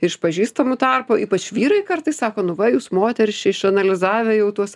iš pažįstamų tarpo ypač vyrai kartais sako nu va jūs moterys čia išanalizavę jau tuos